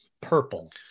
purple